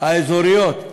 האזוריות,